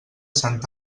sant